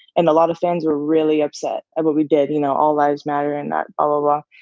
and a lot of fans were really upset of what we did. you know, all lives matter and that, blah, blah,